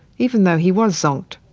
even though he was zonked.